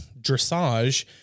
dressage